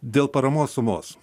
dėl paramos sumos